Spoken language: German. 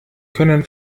können